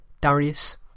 Darius